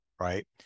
right